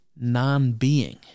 non-being